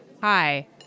Hi